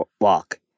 walk